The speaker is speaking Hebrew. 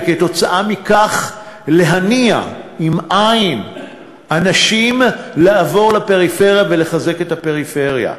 וכתוצאה מכך להניע אנשים לעבור לפריפריה ולחזק את הפריפריה.